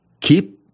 Keep